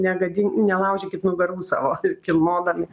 negadin nelaužykit nugarų savo kilnodami